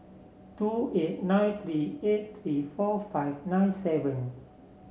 two eight nine three eight three four five nine seven